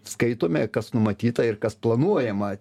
skaitome kas numatyta ir kas planuojama